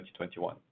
2021